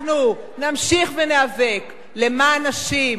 אנחנו נמשיך וניאבק למען נשים.